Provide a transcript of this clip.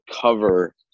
cover